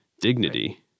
dignity